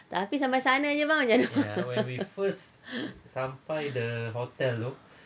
tapi sampai sana jer bang macam mana